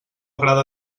agrada